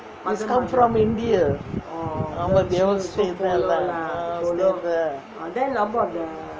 she come from india she also stay there lah